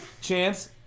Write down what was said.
Chance